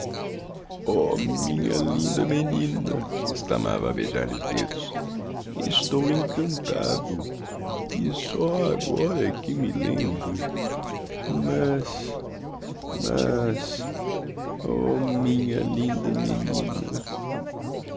oh minha linda menina exclamava a beijar-lhe os dedos estou encantado e só agora é que me lembro mas mas oh minha linda menina